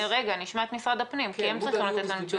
נשמע את משרד הפנים כי הם צריכים לתת לנו תשובה.